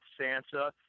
Sansa